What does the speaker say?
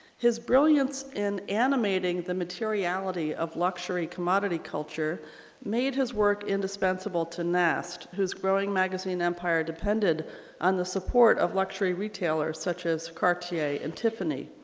his brilliance in animating the materiality of luxury commodity culture made his work indispensable to nast who's growing magazine empire depended on the support of luxury retailers such as cartier and tiffany.